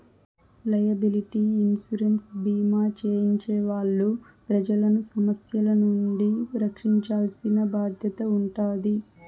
liability insurance భీమా చేయించే వాళ్ళు ప్రజలను సమస్యల నుండి రక్షించాల్సిన బాధ్యత ఉంటాది